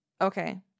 Okay